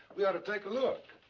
we ought to take a look.